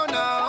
no